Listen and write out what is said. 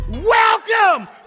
Welcome